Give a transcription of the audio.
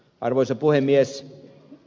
arvoisa puhemies